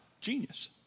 Genius